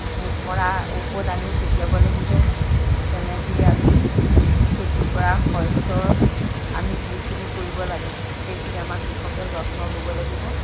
পোক মৰা ঔষধ আনি ছটিয়াব লাগিব তেনেকৈয়ে আমি খেতি কৰা শষ্য আমি যিখিনি কৰিব লাগে সেইখিনি আমাৰ কৃষকে যত্ন ল'ব লাগিব